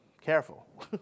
Careful